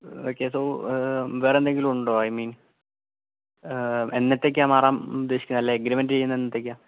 okay so വേറെന്തെങ്കിലും ഉണ്ടോ I mean എന്നത്തേക്കാ മാറാൻ ഉദ്ദേശിക്കുന്നത് അല്ല അഗ്രീമെന്റ് ചെയ്യുന്നത് എന്നത്തേക്കാ